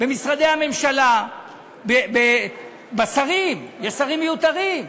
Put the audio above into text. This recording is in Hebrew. במשרדי הממשלה, בשרים, יש שרים מיותרים.